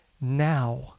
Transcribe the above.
Now